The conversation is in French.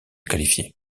qualifier